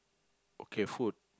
okay food